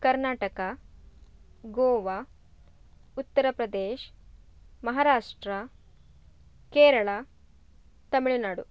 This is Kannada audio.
ಕರ್ನಾಟಕ ಗೋವಾ ಉತ್ತರ ಪ್ರದೇಶ ಮಹಾರಾಷ್ಟ್ರ ಕೇರಳ ತಮಿಳುನಾಡು